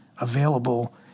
available